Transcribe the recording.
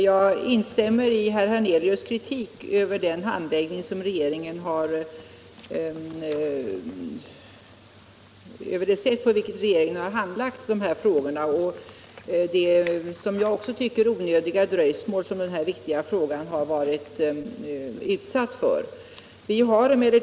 Herr talman! Jag instämmer i herr Hernelius kritik av det sätt på vilket regeringen har handlagt denna viktiga fråga och det som också jag tycker onödiga dröjsmål som detta ärende har varit utsatt för.